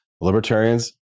libertarians